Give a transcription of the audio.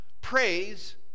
praise